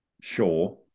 sure